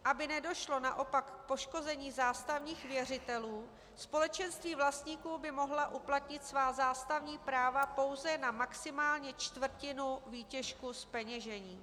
Aby nedošlo naopak k poškození zástavních věřitelů, společenství vlastníků by mohla uplatnit svá zástavní práva pouze na maximálně čtvrtinu výtěžku zpeněžení.